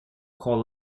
call